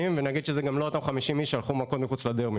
ונגיד שזה גם לא אותם 50 איש שהלכו מכות מחוץ לדרבי.